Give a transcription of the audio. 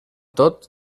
tot